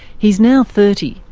he's now thirty,